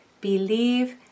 Believe